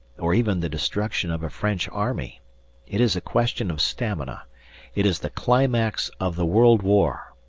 or even the destruction of a french army it is a question of stamina it is the climax of the world war,